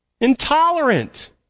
intolerant